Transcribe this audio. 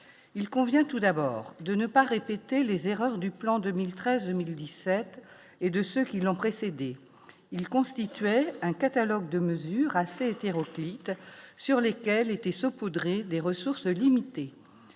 il convient tout d'abord de ne pas répéter les erreurs du plan 2013, 2017 et de ceux qui l'ont précédé, il constituait un catalogue de mesures assez hétéroclite, sur lesquels étaient saupoudrer des ressources limitées,